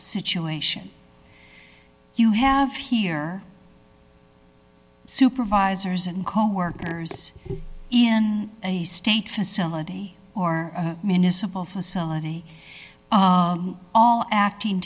situation you have here supervisors and coworkers in a state facility or a municipal facility all acting